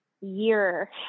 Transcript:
year